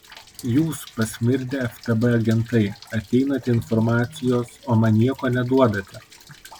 jūs pasmirdę ftb agentai ateinate informacijos o man nieko neduodate